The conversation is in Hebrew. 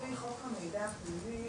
לפי חוק המידע הפלילי,